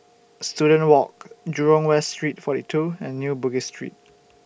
Student Walk Jurong West Street forty two and New Bugis Street